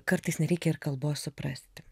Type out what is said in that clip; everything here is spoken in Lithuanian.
kartais nereikia ir kalbos suprasti